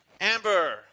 Amber